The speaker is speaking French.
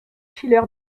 schiller